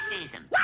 season